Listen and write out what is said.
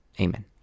amen